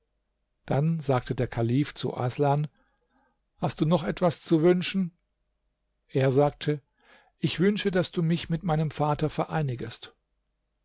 dann sagte der kalif zu aßlan hast du noch etwas zu wünschen er sagte ich wünsche daß du mich mit meinem vater vereinigest